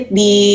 di